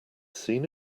seen